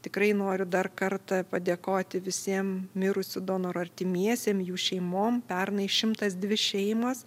tikrai noriu dar kartą padėkoti visiem mirusių donorų artimiesiem jų šeimom pernai šimtas dvi šeimos